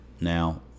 now